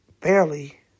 Barely